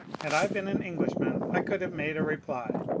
had i been an englishman i could have made a reply.